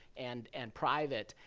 and and private,